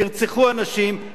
ירצחו אנשים,